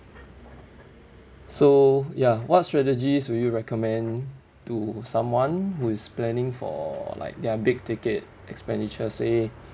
so ya what strategies will you recommend to someone who is planning for like their big ticket expenditure say